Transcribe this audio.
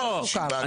לא,